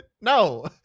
No